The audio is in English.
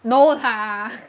no lah